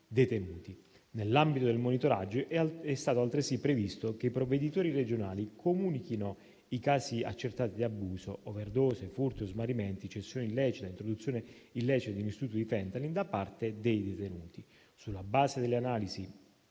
detenuti. Nell'ambito del monitoraggio è stato altresì previsto che i provveditori regionali comunichino i casi accertati di abuso, overdose, furti o smarrimenti, cessione illecita e introduzione illecita in istituto di Fentanyl da parte dei detenuti. Sulla base delle analisi